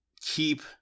Keep